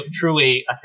truly